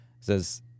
Says